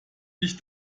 ich